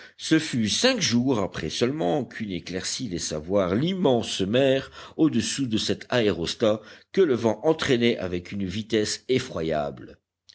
ce fut cinq jours après seulement qu'une éclaircie laissa voir l'immense mer au-dessous de cet aérostat que le vent entraînait avec une vitesse effroyable